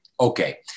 Okay